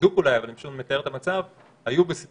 צידוק אבל אני פשוט מתאר את המצב היו בסיטואציה